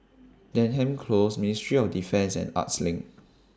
Denham Close Ministry of Defence and Arts LINK